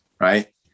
right